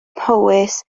mhowys